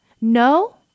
no